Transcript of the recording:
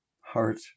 heart